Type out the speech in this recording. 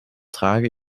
trage